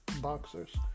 boxers